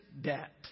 debt